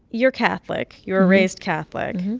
you're catholic. you were raised catholic.